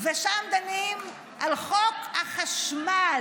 ושם דנים על חוק החשמל,